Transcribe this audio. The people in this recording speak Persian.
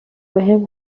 بهم